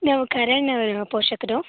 ನಾವು ಕರಣ್ ಅವರ ಪೋಷಕರು